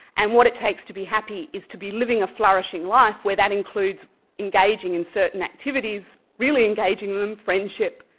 and what it takes to be happy is to be living a flourishing life where that includes engaging in certain activities, really engaging them, friendship,